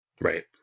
Right